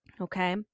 okay